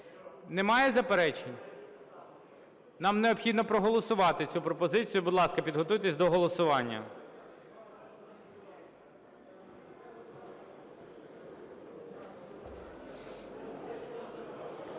Немає заперечень? Нам необхідно проголосувати цю пропозицію. Будь ласка, підготуйтесь до голосування.